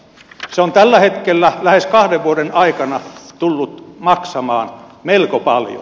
ne ovat tällä hetkellä lähes kahden vuoden aikana tulleet maksamaan melko paljon